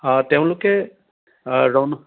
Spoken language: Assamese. তেওঁলোকে ৰণত